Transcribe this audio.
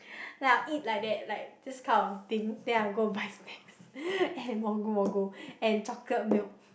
then I will eat like that like this kind of thing then I'll go buy snacks and Mogu Mogu and chocolate milk